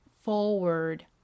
forward